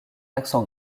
accent